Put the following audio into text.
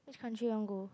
which country you want go